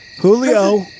Julio